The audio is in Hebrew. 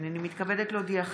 הינני מתכבדת להודיעכם,